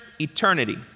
eternity